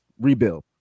rebuild